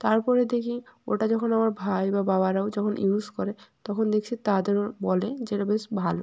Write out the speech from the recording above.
তার পরে দেখি ওটা যখন আমার ভাই বা বাবারাও যখন ইউজ করে তখন দেখছি তাদের বলে যে এটা বেশ ভালো